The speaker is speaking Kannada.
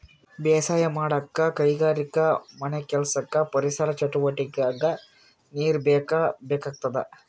ಬೇಸಾಯ್ ಮಾಡಕ್ಕ್ ಕೈಗಾರಿಕೆಗಾ ಮನೆಕೆಲ್ಸಕ್ಕ ಪರಿಸರ್ ಚಟುವಟಿಗೆಕ್ಕಾ ನೀರ್ ಬೇಕೇ ಬೇಕಾಗ್ತದ